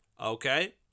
Okay